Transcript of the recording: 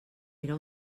era